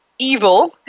Evil